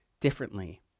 differently